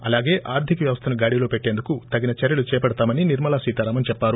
అలాగే ఆర్థిక వ్యవస్థను గాడిలో పెట్టేందుకు తగిన చర్యలు చేపడతామని నిర్మ లా సీతారామన్ చెప్పారు